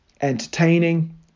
entertaining